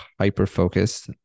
hyper-focused